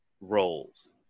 roles